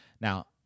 Now